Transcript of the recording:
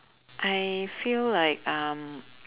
I feel like um